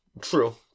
True